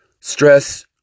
stress